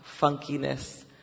funkiness